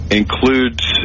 includes